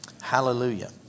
Hallelujah